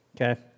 Okay